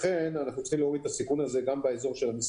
אנחנו צריכים להימנע מהסיכון הזה במסעדות,